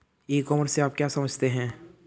ई commerce से आप क्या समझते हैं?